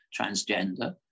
transgender